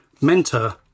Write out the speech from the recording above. Mentor